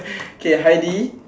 okay Heidi